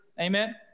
Amen